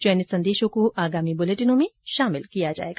चयनित संदेशों को आगामी बुलेटिनों में शामिल किया जाएगा